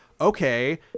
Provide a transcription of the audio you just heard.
okay